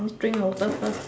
drink the water first